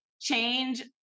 change